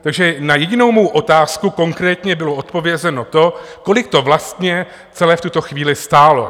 Takže na jedinou mou otázku konkrétně bylo odpovězeno to, kolik to vlastně celé v tuto chvíli stálo.